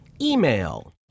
email